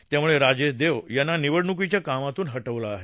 त्यामुळे राजेश देव यांना निवडणुकीच्या कामातून हटवलं आहे